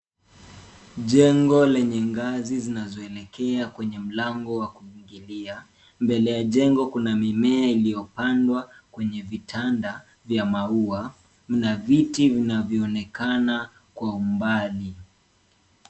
Jengo lenye ngazi zinazoelekea kwenye mlango wa kuingilia. Mbele ya jengo kuna mimea iliyopandwa kwenye vitanda vya maua. Mna viti vinavyoonekana kwa umbali.